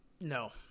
No